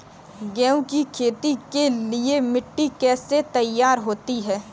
गेहूँ की खेती के लिए मिट्टी कैसे तैयार होती है?